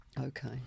Okay